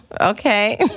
Okay